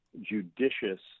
judicious